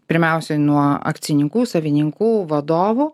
pirmiausia nuo akcininkų savininkų vadovų